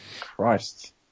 Christ